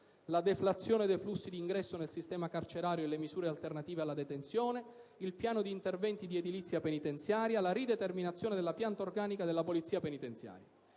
la deflazione dei flussi d'ingresso nel sistema carcerario e le misure alternative alla detenzione, il piano di interventi di edilizia penitenziaria, la rideterminazione della pianta organica della polizia penitenziaria.